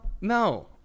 No